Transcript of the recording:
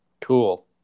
Cool